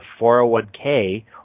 401k